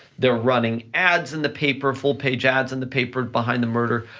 they're running ads in the paper, full page ads in the paper behind the murder,